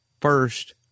First